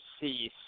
cease